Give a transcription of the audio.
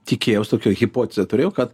tikėjaus tokio hipotezę turėjau kad